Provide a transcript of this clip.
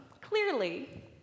clearly